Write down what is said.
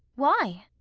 why?